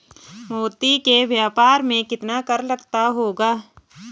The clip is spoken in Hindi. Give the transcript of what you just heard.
मोती के व्यापार में कितना कर लगता होगा?